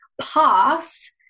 pass